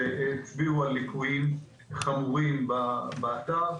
שהצביעו על ליקויים חמורים באתר.